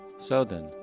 so then,